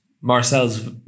Marcel's